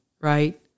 right